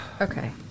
Okay